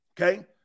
Okay